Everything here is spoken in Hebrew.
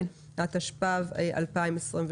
התשפ"ב-2022.